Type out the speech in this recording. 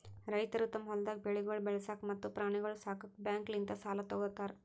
ರೈತುರು ತಮ್ ಹೊಲ್ದಾಗ್ ಬೆಳೆಗೊಳ್ ಬೆಳಸಾಕ್ ಮತ್ತ ಪ್ರಾಣಿಗೊಳ್ ಸಾಕುಕ್ ಬ್ಯಾಂಕ್ಲಿಂತ್ ಸಾಲ ತೊ ಗೋತಾರ್